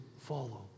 follow